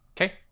Okay